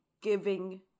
giving